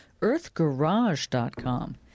EarthGarage.com